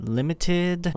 limited